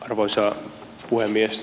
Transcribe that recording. arvoisa puhemies